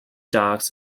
docks